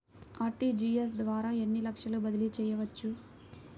RTGS ద్వారా ఎన్ని లక్షలు బదిలీ చేయవచ్చు?